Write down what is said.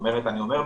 אני אומר,